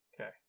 Okay